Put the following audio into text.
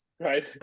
right